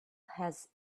has